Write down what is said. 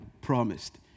promised